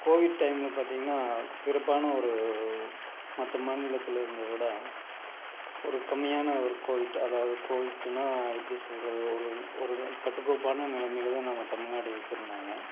Covid டைம்னு பார்த்திங்கன்னா சிறப்பான ஒரு மற்ற மாநிலத்தில் இருந்ததை விட ஒரு கம்மியான ஒரு கோவிட் அதாவது கோவிட்னா எப்படி சொல்கிறது ஒரு ஒரு கட்டு கோப்பான நிலமையில தான் நாம் தமிழ்நாடு வச்சிருந்தாங்க